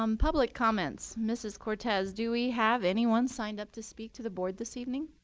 um public comments, mrs. cortez, do we have anyone signed up to speak to the board this evening?